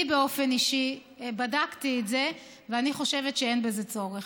אני באופן אישי בדקתי את זה ואני חושבת שאין בזה צורך.